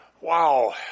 Wow